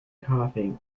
coughing